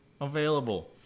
available